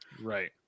right